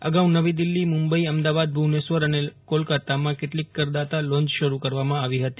અગાઉ નવી દિલ્કી મુંબઇ અમદાવાદ ભુવનેશ્વર અને કોલકાતામાં કેટલીક કરદાતા લોન્જ શરૂ કરવામાં આવી હતી